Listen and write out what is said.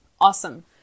Awesome